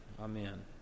amen